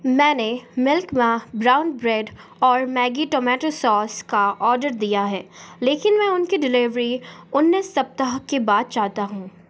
मैंने मिल्क मा brown bread और मैग्गी टोमेटो सॉस का आर्डर दिया है लेकिन मैं उनकी डिलीवरी उन्नीस सप्ताह के बाद चाहता हूँ